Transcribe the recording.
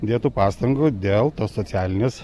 dėtų pastangų dėl tos socialinės